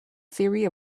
theory